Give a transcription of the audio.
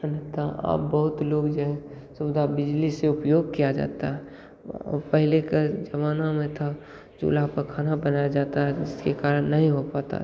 अन्यथा अब बहुत लोग जो हैं सुविधा बिजली से उपयोग किया जाता है पहले को जमाना में था चूल्हा पर खाना बनाया जाता है उसके कारन नहीं हो पाता था